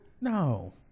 no